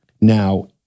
Now